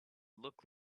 look